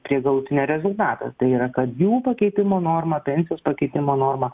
prie galutinio rezultato tai yra kad jų pakeitimo norma pensijos pakeitimo norma